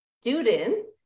students